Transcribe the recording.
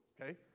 okay